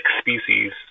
species